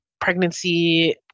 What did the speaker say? pregnancy